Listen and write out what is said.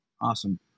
awesome